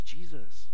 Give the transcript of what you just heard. Jesus